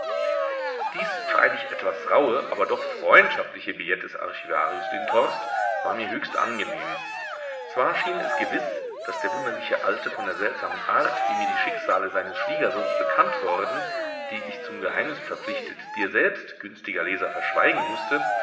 dies freilich etwas rauhe aber doch freundschaftliche billett des archivarius lindhorst war mir höchst angenehm zwar schien es gewiß daß der wunderliche alte von der seltsamen art wie mir die schicksale seines schwiegersohns bekannt worden die ich zum geheimnis verpflichtet dir selbst günstiger leser verschweigen mußte